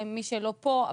גם מי שלא פה,